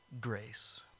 grace